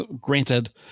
granted